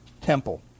temple